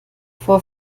vor